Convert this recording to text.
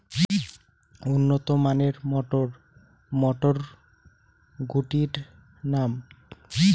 উন্নত মানের মটর মটরশুটির নাম?